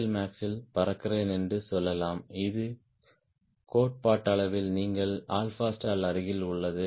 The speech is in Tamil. எல்மாக்ஸில் பறக்கிறேன் என்று சொல்லலாம் இது கோட்பாட்டளவில் நீங்கள் stallஅருகில் உள்ளது